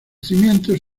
cimientos